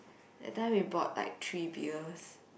that time we bought like three beers